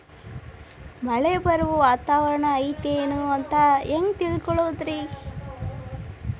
ಮಳೆ ಬರುವ ವಾತಾವರಣ ಐತೇನು ಅಂತ ಹೆಂಗ್ ತಿಳುಕೊಳ್ಳೋದು ರಿ?